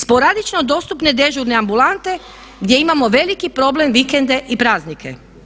Sporadično dostupne dežurne ambulante gdje imamo veliki problem vikende i praznike.